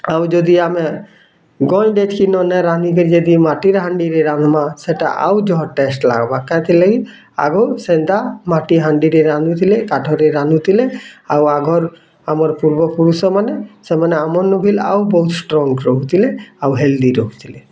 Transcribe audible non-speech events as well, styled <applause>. ଆଉ ଯଦି ଆମେ <unintelligible> କି ନ ନାଇଁ ରାନ୍ଧିକିରି ଯଦି ମାଟିର ହାଣ୍ଡିରେ ରାନ୍ଧ୍ମା ସେଟା ଆଉ ଜୋହର୍ ଟେଷ୍ଟ୍ ଲାଗ୍ବା କାଁ ଥିର୍ ଲାଗି ଆଗୁର୍ ସେନ୍ତା ମାଟି ହାଣ୍ଡିରେ ରାନ୍ଧୁଥିଲେ କାଠରେ ରାନ୍ଧୁଥିଲେ ଆଉ ଆଗର୍ ଆମର୍ ପୂର୍ବପୁରୁଷମାନେ ସେମାନେ ଆମର୍ ନୁ ବିଲ୍ ଆଉ ବହୁତ୍ ଷ୍ଟ୍ରଙ୍ଗ୍ ରହୁଥିଲେ ଆଉ ହେଲ୍ଦି ରହୁଥିଲେ